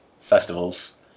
festivals